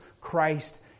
Christ